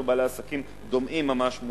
ראינו בעלי עסקים דומעים ממש,